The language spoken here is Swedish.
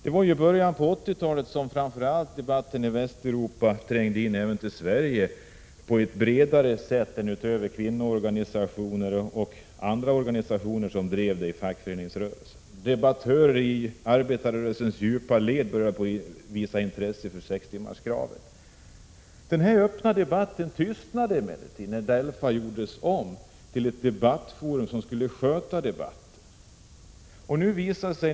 Det var i början av 80-talet som debatten i framför allt Västeuropa trängde in även i Sverige på ett bredare sätt, så att det inte bara var kvinnoorganisationer och andra organisationer som drev frågan inom fackföreningsrörelsen. Debattörer i arbetarrörelsens djupa led började att visa intresse för sextimmarskravet. Den öppna debatten tystnade emellertid när DELFA gjordes till ett debattforum där diskussionerna skulle föras.